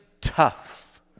tough